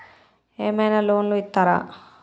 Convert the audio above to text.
ఏమైనా లోన్లు ఇత్తరా?